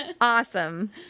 Awesome